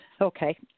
Okay